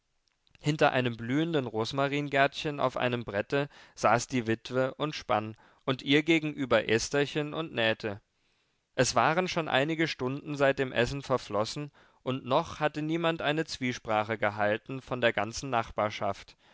hinter einem blühenden rosmaringärtchen auf einem brette saß die witwe und spann und ihr gegenüber estherchen und nähete es waren schon einige stunden seit dem essen verflossen und noch hatte niemand eine zwiesprache gehalten von der ganzen nachbarschaft